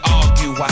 argue